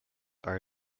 are